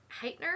Heitner